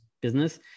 business